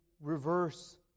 reverse